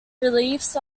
reliefs